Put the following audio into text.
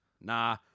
Nah